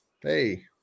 hey